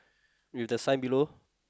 with the sign below